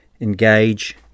engage